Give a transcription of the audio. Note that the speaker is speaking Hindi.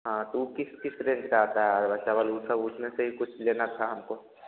हाँ तो ऊ किस किस रेंज का आता है चावल वह उसमें से ही कुछ लेना था हमको